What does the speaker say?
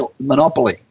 monopoly